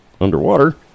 underwater